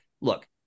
look